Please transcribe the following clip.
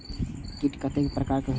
कीट कतेक प्रकार के होई छै?